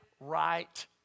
right